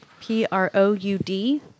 P-R-O-U-D